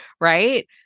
right